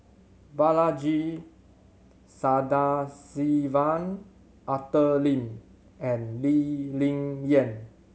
Balaji Sadasivan Arthur Lim and Lee Ling Yen